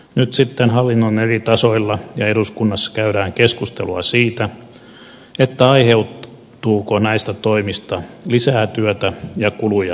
nyt sitten hallinnon eri tasoilla ja eduskunnassa käydään keskustelua siitä aiheutuuko näistä toimista lisää työtä ja kuluja viljelijöille